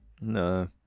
No